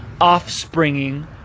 offspringing